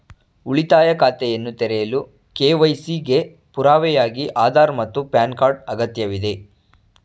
ಉಳಿತಾಯ ಖಾತೆಯನ್ನು ತೆರೆಯಲು ಕೆ.ವೈ.ಸಿ ಗೆ ಪುರಾವೆಯಾಗಿ ಆಧಾರ್ ಮತ್ತು ಪ್ಯಾನ್ ಕಾರ್ಡ್ ಅಗತ್ಯವಿದೆ